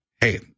Hey